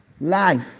life